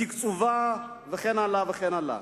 בתקצובה, וכן הלאה והלאה.